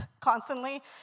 constantly